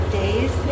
days